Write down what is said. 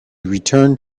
returned